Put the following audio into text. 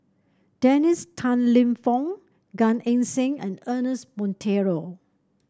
Dennis Tan Lip Fong Gan Eng Seng and Ernest Monteiro